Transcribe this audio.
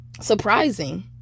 surprising